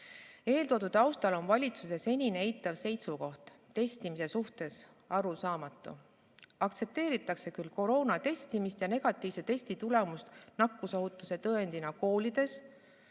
Eeltoodu taustal on valitsuse senine eitav seisukoht testimise suhtes arusaamatu. Aktsepteeritakse küll koroonatesti tegemist ja negatiivset testitulemust nakkusohutuse tõendina koolides